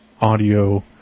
audio